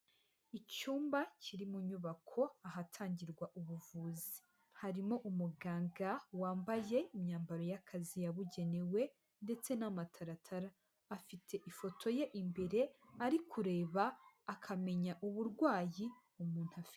Icyumba kiri mu nyubako ahatangirwa ubuvuzi, harimo umuganga wambaye imyambaro y'akazi yabugenewe ndetse n'amataratara, afite ifoto ye imbere ari kureba akamenya uburwayi umuntu afite.